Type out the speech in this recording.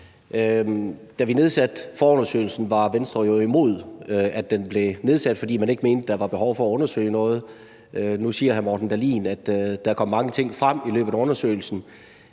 Da vi igangsatte forundersøgelsen, var Venstre jo imod, at den blev igangsat, fordi man ikke mente, der var behov for at undersøge noget. Nu siger hr. Morten Dahlin, at der kom mange ting frem i løbet af undersøgelsen.